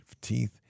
teeth